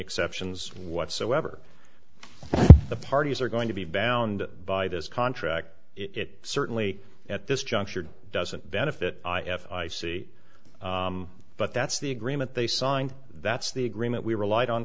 exceptions whatsoever the parties are going to be bound by this contract it certainly at this juncture doesn't benefit i f i c but that's the agreement they signed that's the agreement we relied on